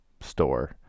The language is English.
store